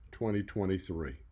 2023